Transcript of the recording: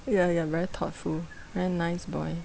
ya ya very thoughtful very nice boy